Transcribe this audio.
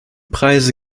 preise